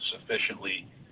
sufficiently